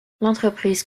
l’entreprise